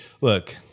look